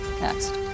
next